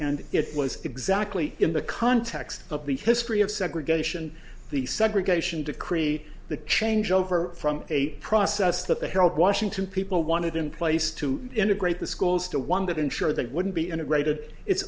and it was exactly in the context of the history of segregation the segregation decree the changeover from a process that the harold washington people wanted in place to integrate the schools to one that ensure that wouldn't be integrated it's